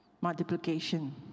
multiplication